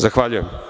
Zahvaljujem.